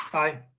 i.